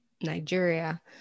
nigeria